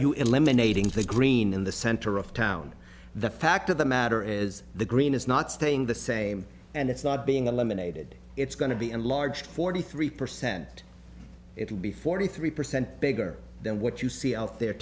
you eliminating the green in the center of town the fact of the matter is the green is not staying the same and it's not being eliminated it's going to be enlarged forty three percent it will be forty three percent bigger than what you see out there